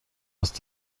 دست